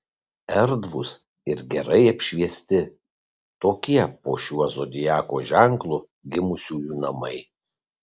erdvūs ir gerai apšviesti tokie po šiuo zodiako ženklu gimusiųjų namai